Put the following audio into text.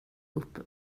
upp